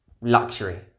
luxury